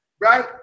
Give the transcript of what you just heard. right